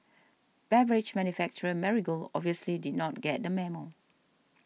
beverage manufacturer Marigold obviously did not get the memo